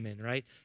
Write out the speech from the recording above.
right